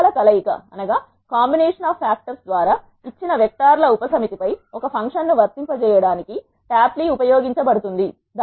కారకాల కలయిక ద్వారా ఇచ్చిన వెక్టార్ ల ఉపసమితిపై ఒక ఫంక్షన్ను వర్తింపచేయడానికి ట్యాప్లీ ఉపయోగించబడుతుంది